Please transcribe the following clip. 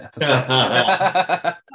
episode